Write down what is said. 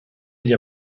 gli